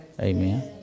Amen